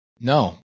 No